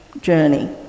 journey